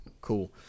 Cool